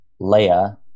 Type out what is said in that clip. Leia